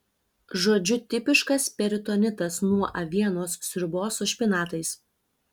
žodžiu tipiškas peritonitas nuo avienos sriubos su špinatais